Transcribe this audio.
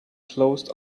closed